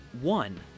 one